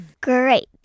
Great